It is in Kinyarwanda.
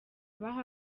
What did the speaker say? baha